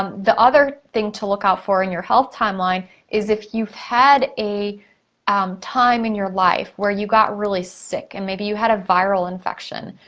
um the other thing to look out for in your health timeline is if you've had a um time in your life where you got really sick, and maybe you had a viral infection,